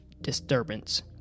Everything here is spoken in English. disturbance